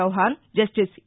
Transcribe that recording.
Chauhan justice a